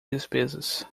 despesas